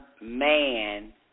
man